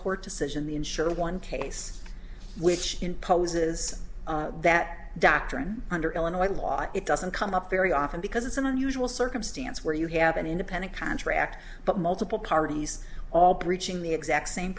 court decision the insurer one case which imposes that doctrine under illinois law it doesn't come up very often because it's an unusual circumstance where you have an independent contract but multiple parties all preaching the exact same